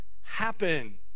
happen